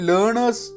Learners